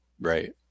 right